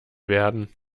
werden